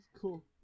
cool